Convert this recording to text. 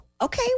okay